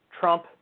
Trump